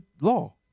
law